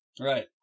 Right